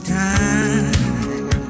time